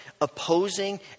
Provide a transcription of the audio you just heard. opposing